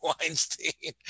Weinstein